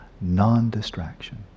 non-distraction